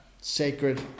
sacred